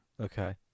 Okay